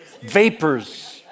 vapors